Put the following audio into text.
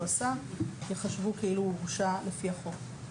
עושה ייחשבו כאילו הוא הורשה לפי החוק.